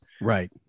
Right